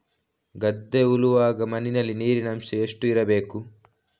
ಗದ್ದೆ ಉಳುವಾಗ ಮಣ್ಣಿನಲ್ಲಿ ನೀರಿನ ಅಂಶ ಎಷ್ಟು ಇರಬೇಕು?